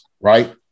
right